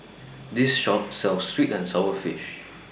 This Shop sells Sweet and Sour Fish